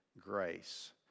grace